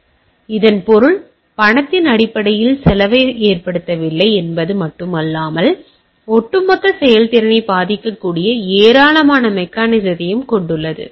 எனவே இதன் பொருள் இது பணத்தின் அடிப்படையில் செலவை ஏற்படுத்தவில்லை என்பது மட்டுமல்லாமல் இது ஒட்டுமொத்த செயல்திறனை பாதிக்கக்கூடிய ஏராளமான மெக்கானிக்சத்தையும் கொண்டுள்ளது